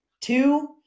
Two